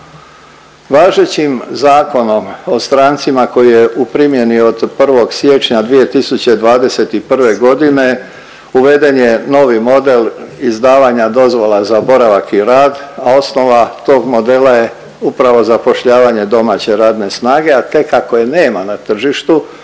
Važećim Zakonom o strancima koji je u primjeni od 1. siječnja 2021. godine, uveden je novi model izdavanja dozvola za boravak i rad, a osnova tog modela je upravo zapošljavanje domaće radne snage, a tek ako je nema na tržištu